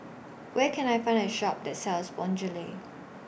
Where Can I Find A Shop that sells Bonjela